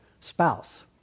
spouse